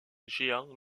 géants